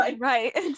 right